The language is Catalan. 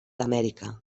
amèrica